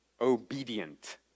Obedient